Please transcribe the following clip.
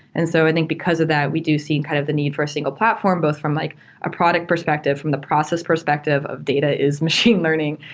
and so i think because of that, we do see and kind of the need for a single platform both from like a product perspective from the process perspective of data is machine learning.